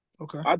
Okay